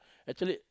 actually